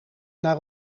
naar